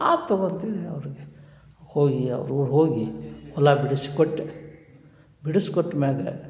ಆತು ತಗೊಳ್ತೀನಿ ಅವರಿಗೆ ಹೋಗಿ ಅವ್ರ ಊರು ಹೋಗಿ ಹೊಲ ಬಿಡಿಸ್ಕೊಟ್ಟೆ ಬಿಡಿಸ್ಕೊಟ್ಟ ಮೇಲೆ